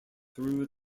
through